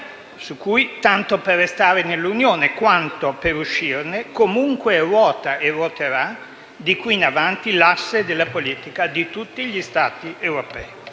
su cui, tanto per restare nell'Unione, quanto per uscirne, comunque ruota e ruoterà di qui in avanti l'asse della politica di tutti gli Stati europei.